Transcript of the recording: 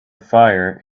fire